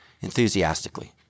Enthusiastically